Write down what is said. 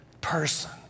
person